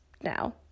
now